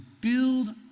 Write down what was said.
build